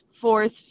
fourth